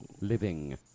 Living